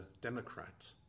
Democrat